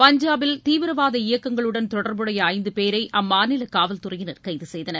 பஞ்சாப் ல் தீவிரவாத இயக்கங்களுடன் தொடர்புடைய ஐந்து பேரை அம்மாநில காவல்துறையினர் கைது செய்தனர்